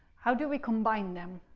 how do we combine them?